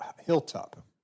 hilltop